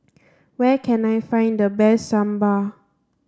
where can I find the best Sambar